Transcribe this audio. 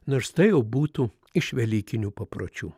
nors tai jau būtų iš velykinių papročių